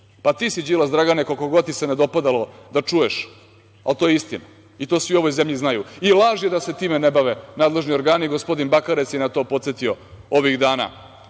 Pa, ti si, Đilas Dragane, koliko god ti se ne dopadalo da čuješ, ali to je istina i to svi u ovoj zemlji znaju. Laž je da se time ne bave nadležni organi, gospodin Bakarec je na to podsetio ovih